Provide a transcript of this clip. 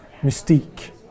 mystique